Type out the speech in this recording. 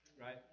right